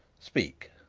speak.